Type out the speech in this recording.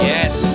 Yes